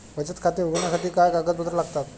बचत खाते उघडण्यासाठी काय कागदपत्रे लागतात?